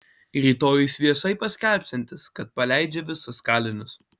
rytoj jis viešai paskelbsiantis kad paleidžia visus kalinius